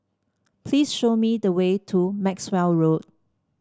please show me the way to Maxwell Road